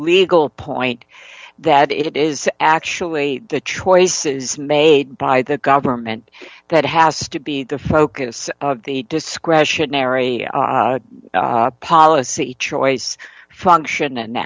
legal point that it is actually the choice is made by the government that has to be the focus of the discretionary policy choice function